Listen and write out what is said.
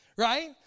Right